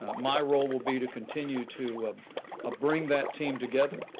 my role will be to continue to um ah bring that team together,